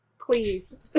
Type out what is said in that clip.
Please